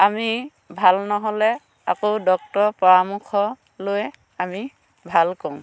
আমি ভাল নহ'লে আকৌ ডক্টৰৰ পৰামৰ্শ লৈ আমি ভাল কৰোঁ